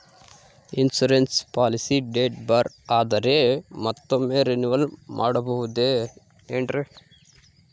Insurance policy date bar ಆದರೆ ಮತ್ತೊಮ್ಮೆ renewal ಮಾಡಿಸಬಹುದೇ ಏನ್ರಿ?